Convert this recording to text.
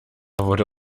wurde